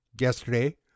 yesterday